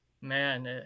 man